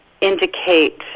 indicate